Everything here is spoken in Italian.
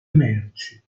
merci